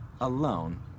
alone